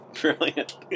Brilliant